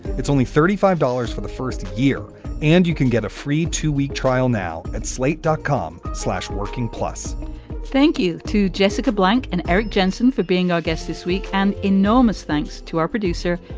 it's only thirty five dollars for the first year and you can get a free two week trial now at slate dot com slash working plus thank you to jessica blank and eric jensen for being our guest this week. an enormous thanks to our producer,